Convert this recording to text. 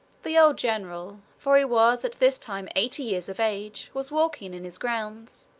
the old general, for he was at this time eighty years of age, was walking in his grounds.